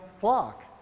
flock